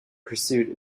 pursuit